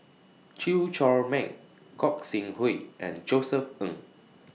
Chew Chor Meng Gog Sing Hooi and Josef Ng